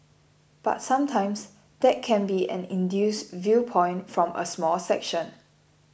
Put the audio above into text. but sometimes that can be an induced viewpoint from a small section